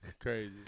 Crazy